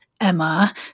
Emma